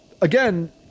again